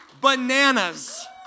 bananas